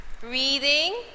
breathing